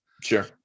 Sure